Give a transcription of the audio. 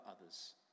others